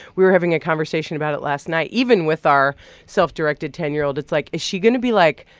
we were having a conversation about it last night. even with our self-directed ten year old, it's like, is she going to be, like,